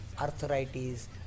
arthritis